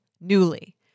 Newly